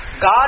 God